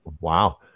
Wow